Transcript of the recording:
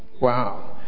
wow